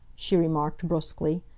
she remarked brusquely.